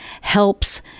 helps